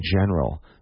general